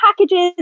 packages